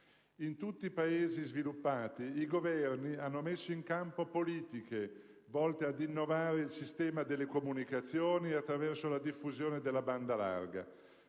In tutti i Paesi sviluppati i Governi hanno messo in campo politiche volte ad innovare il sistema delle comunicazioni attraverso la diffusione della banda larga.